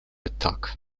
attack